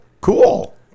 cool